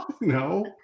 no